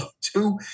two